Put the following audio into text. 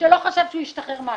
שלא חשב שהוא ישתחרר מהכלא.